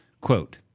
Quote